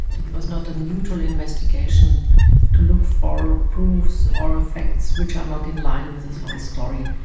it was not a neutral investigation to look for proofs or effects which are not in line with the whole story.